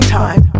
time